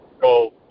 go